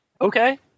Okay